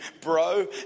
bro